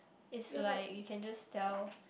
is like you can just tell